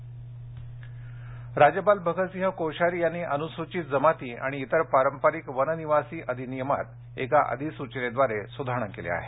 राज्यपाल वनकक्क राज्यपाल भगत सिंह कोश्यारी यांनी अनुसूचित जमाती आणि इतर पारंपरिक वननिवासी अधिनियमात एका अधिसूचनेद्वारे सुधारणा केल्या आहेत